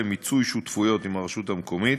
למיצוי שותפויות עם הרשות המקומית